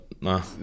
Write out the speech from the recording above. No